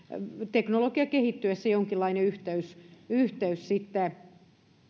teknologian kehittyessä jonkinlainen yhteys yhteys